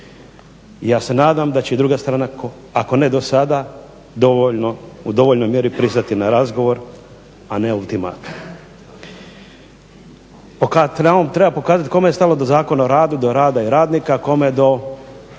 ja se nadam da će i druga strana, ako ne do sada u dovoljnoj mjeri pristati na razgovor, a ne ultimatum. Treba pokazat kome je stalo do Zakona o radu, do rada i radnika, kome do